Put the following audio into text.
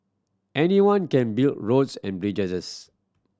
anyone can build roads and